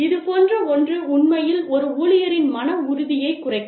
இதுபோன்ற ஒன்று உண்மையில் ஒரு ஊழியரின் மன உறுதியைக் குறைக்கும்